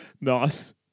Nice